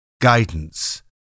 guidance